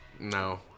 no